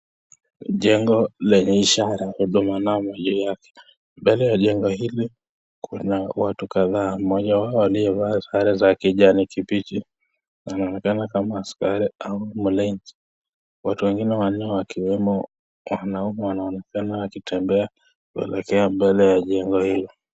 Jengo lenye ishara Huduma Namba juu yake. Mbele ya jengo hili kuna watu kadhaa. Mmoja wao aliyevaa sare za kijani kibichi anaonekana kama askari au mlinzi. Watu wengine wanne wakiwemo wanaume wanaonekana wakitembea kuelekea mbele ya jengo hili.